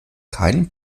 keinen